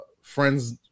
friends